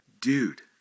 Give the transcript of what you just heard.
dude